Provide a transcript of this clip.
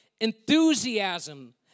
enthusiasm